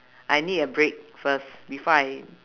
I need a break first before I